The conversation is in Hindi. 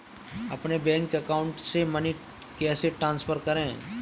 अपने बैंक अकाउंट से मनी कैसे ट्रांसफर करें?